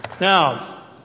Now